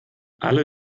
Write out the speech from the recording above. alle